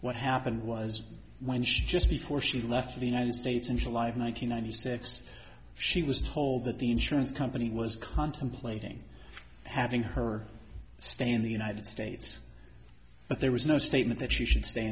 what happened was when she just before she left for the united states in july one thousand nine hundred six she was told that the insurance company was contemplating having her stay in the united states but there was no statement that she should stay